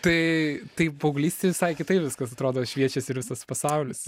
tai tai paauglystėj visai kitaip viskas atrodo šviečias ir visas pasaulis